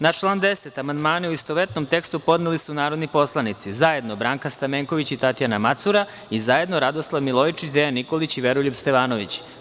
Na član 10. amandmane, u istovetnom tekstu, podneli su narodni poslanici: zajedno Branka Stamenković i Tatjana Macura i zajedno Radoslav Milojičić, Dejan Nikolić i Veroljub Stevanović.